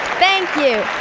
thank you.